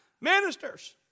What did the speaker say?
Ministers